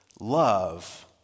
love